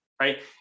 right